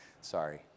sorry